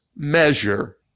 measure